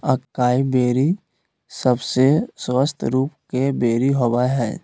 acai berry सबसे स्वस्थ रूप के बेरी होबय हइ